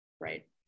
right